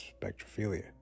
spectrophilia